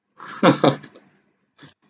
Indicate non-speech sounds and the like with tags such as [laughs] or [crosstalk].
[laughs] [breath]